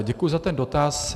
Děkuji za ten dotaz.